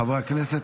חברי הכנסת,